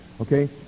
Okay